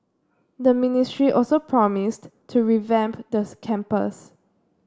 the ministry also promised to revamp campus